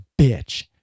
bitch